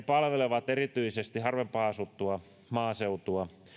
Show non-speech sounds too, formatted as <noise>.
<unintelligible> palvelevat erityisesti harvempaan asuttua maaseutua